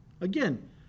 Again